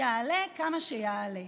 יעלה כמה שיעלה.